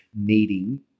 needing